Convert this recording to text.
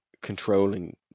controlling